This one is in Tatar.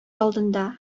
алдында